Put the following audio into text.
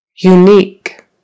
Unique